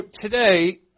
today